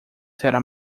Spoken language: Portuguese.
será